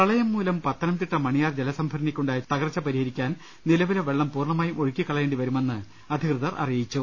പ്രളയംമൂലം പത്തനംതിട്ട മണിയാർ ജലസംഭരണിക്കുണ്ടായ തകർച്ച പരിഹരിക്കാൻ നിലവിലെ വെള്ളം പൂർണ്ണമായും ഒഴുക്കികളയേണ്ടി വരുമെന്ന് അധികൃതർ അറിയിച്ചു